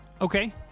Okay